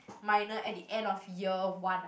minor at the end of year one I